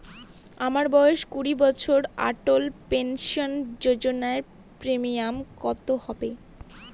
আমার বয়স কুড়ি বছর অটল পেনসন যোজনার প্রিমিয়াম কত হবে?